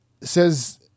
says